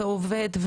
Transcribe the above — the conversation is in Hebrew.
עובד,